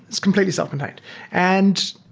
it's completely self contained. and